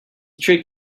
trick